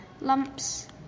lumps